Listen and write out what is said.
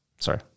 Sorry